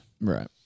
right